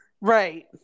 Right